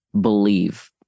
believe